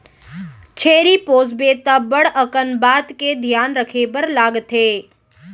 छेरी पोसबे त बड़ अकन बात के धियान रखे बर लागथे